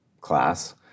class